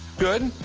good.